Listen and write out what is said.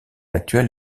actuel